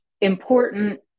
important